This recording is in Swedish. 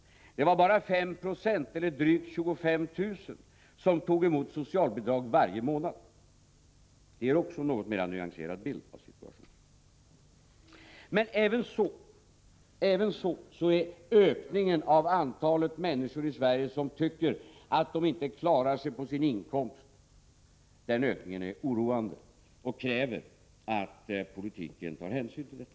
Det var bara 5 96, eller drygt 25 000, som tog emot socialbidrag varje månad. Det ger också en något mera nyanserad bild av situationen. Men även så är ökningen av antalet människor i Sverige som tycker att de inte klarar sig på sin inkomst oroande och kräver att politiken tar hänsyn till detta.